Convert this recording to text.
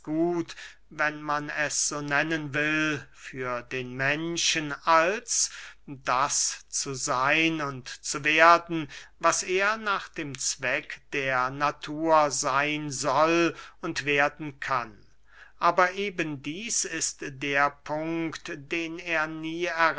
für den menschen als das zu seyn und zu werden was er nach dem zweck der natur seyn soll und werden kann aber eben dieß ist der punkt den er nie